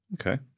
okay